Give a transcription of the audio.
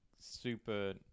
super